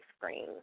screen